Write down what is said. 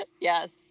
Yes